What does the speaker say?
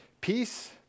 Peace